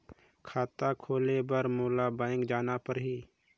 खाता खोले बर मोला बैंक जाना परही?